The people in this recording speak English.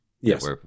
Yes